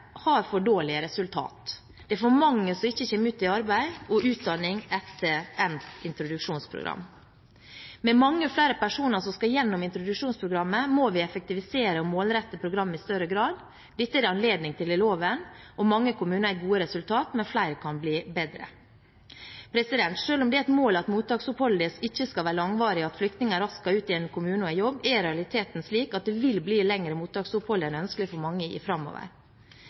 har for dårlige resultater; det er for mange som ikke kommer ut i arbeid og utdanning etter endt introduksjonsprogram. Med mange flere personer som skal gjennom introduksjonsprogrammet, må vi effektivisere og målrette programmet i større grad. Dette er det anledning til i loven. Mange kommuner har gode resultat, men flere kan bli bedre. Selv om det er et mål at mottaksoppholdet ikke skal være langvarig, og at flyktninger raskt skal ut i en kommune og i jobb, er realiteten slik at det vil bli lengre mottaksopphold enn ønskelig for mange i tiden framover.